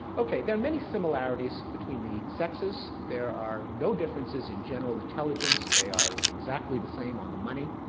ok, there are many similarities between the sexes. there are no differences in general intelligence, they are exactly the same, on the money.